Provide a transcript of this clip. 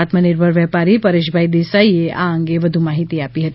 આત્મનિર્ભર વેપારી પરેશભાઇ દેસાઇએ આ અંગે વધુ માહિતી આપી છે